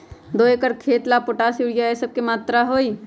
दो एकर खेत के ला पोटाश, यूरिया ये सब का मात्रा होई?